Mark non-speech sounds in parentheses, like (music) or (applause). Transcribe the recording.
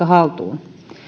(unintelligible) haltuun